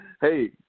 Hey